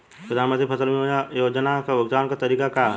प्रधानमंत्री फसल बीमा योजना क भुगतान क तरीकाका ह?